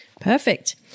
Perfect